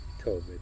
COVID